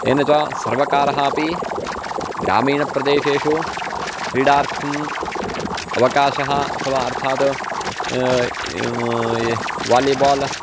तेन च सर्वकारः अपि ग्रामीणप्रदेशेषु क्रीडार्थम् अवकाशः अथवा अर्थात् वालिबाल्